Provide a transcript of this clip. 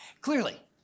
Clearly